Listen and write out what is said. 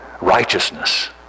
righteousness